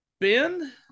Ben